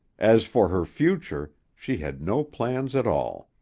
as for her future, she had no plans at all.